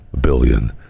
billion